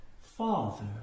Father